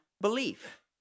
belief